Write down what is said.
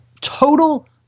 total